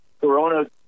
Corona